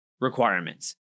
requirements